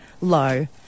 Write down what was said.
low